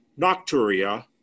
nocturia